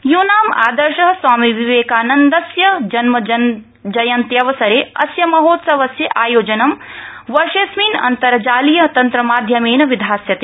यूनां आदर्श स्वामि विवेकानन्दस्य जन्म जयन्त्यवसरे अस्य महोत्सवस्य आयोजनं वर्षेडस्मिन् अन्तर्जालीय तन्त्रमाध्यमेन विधास्यते